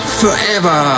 forever